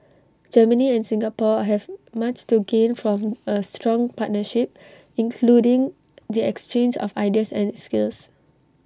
Germany and Singapore have much to gain from A strong partnership including the exchange of ideas and skills